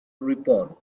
ripon